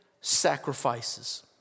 sacrifices